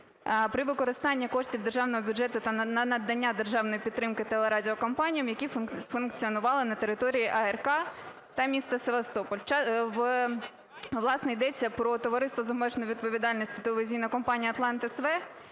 при використанні коштів державного бюджету на надання державної підтримки телерадіокомпаніям, які функціонували на території АРК та міста Севастополь. Власне, йдеться про Товариство з обмеженою відповідальністю "Телевізійна компанія "Атлант -